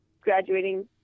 graduating